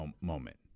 moment